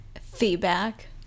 Feedback